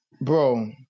bro